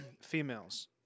females